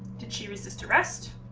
to to resist arrest